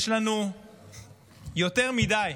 יש לנו יותר מדי,